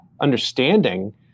understanding